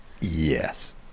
Yes